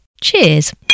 cheers